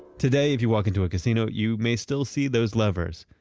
today if you walk into a casino, you may still see those levers.